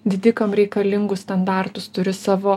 didikam reikalingus standartus turi savo